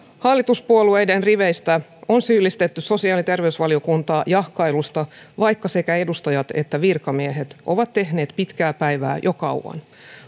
hallituspuolueiden riveistä on syyllistetty sosiaali ja terveysvaliokuntaa jahkailusta vaikka sekä edustajat että virkamiehet ovat tehneet pitkää päivää jo kauan